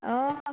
অঁ